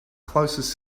closest